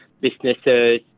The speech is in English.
businesses